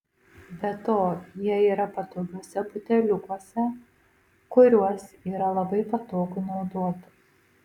be to jie yra patogiuose buteliukuose kuriuos yra labai patogu naudoti